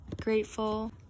grateful